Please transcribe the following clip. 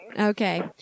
okay